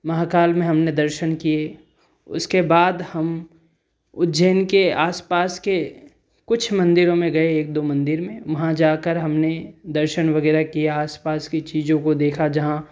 महाकाल में हमने दर्शन किए उसके बाद हम उज्जैन के आसपास के कुछ मंदिरों में गए एक दो मंदिर में वहाँ जाकर हमने दर्शन वगैरह किया आसपास की चीज़ों को देखा जहाँ